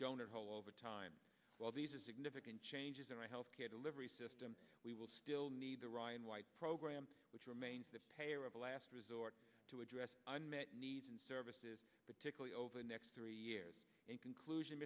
donut hole over time well these are significant changes in our health care delivery system we will still need the ryan white program which remains a last resort to address unmet needs and services particularly over the next three years in conclusion